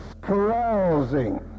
carousing